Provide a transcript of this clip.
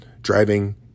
driving